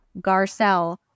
garcelle